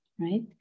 Right